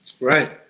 right